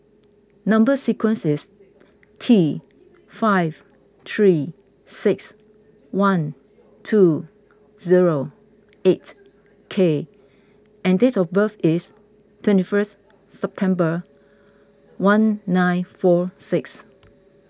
Number Sequence is T five three six one two zero eight K and date of birth is twenty first September one nine four six